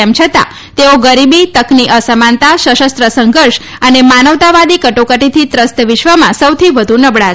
તેમ છતાં તેઓ ગરીબી તકની અસમાનતા સશસ્ત્ર સંઘર્ષ અને માનવતાવાદી કટોકટીથી ત્રસ્ત વિશ્વમાં સૌથી વધુ નબળા છે